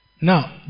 Now